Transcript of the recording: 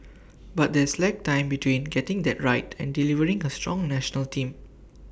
but there's lag time between getting that right and delivering A strong National Team